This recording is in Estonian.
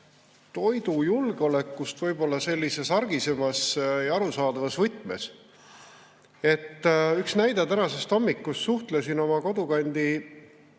toidujulgeolekust võib-olla sellises argisemas ja arusaadavas võtmes. Üks näide tänasest hommikust. Suhtlesin oma kodukandi